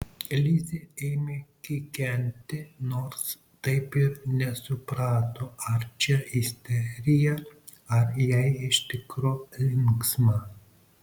lizė ėmė kikenti nors taip ir nesuprato ar čia isterija ar jai iš tikro linksma